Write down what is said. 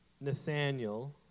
Nathaniel